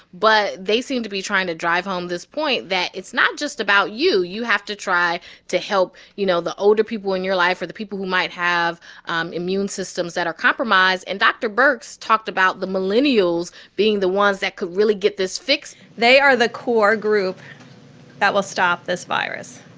but they seem to be trying to drive home this point that it's not just about you. you have to try to help, you know, the older people in your life or the people who might have um immune systems that are compromised. and dr. birx talked about the millennials being the ones that could really get this fixed they are the core group that will stop this virus.